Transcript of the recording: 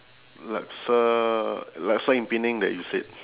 laksa laksa in penang that you said